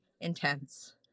intense